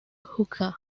hookah